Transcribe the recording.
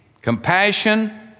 compassion